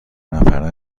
نفره